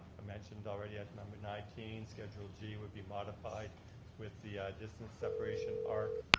i mentioned already at number nineteen, schedule g would be modified with the distance separation arc.